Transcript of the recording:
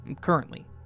Currently